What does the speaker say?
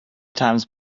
times